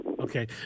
Okay